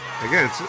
Again